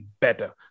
better